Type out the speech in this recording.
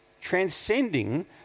transcending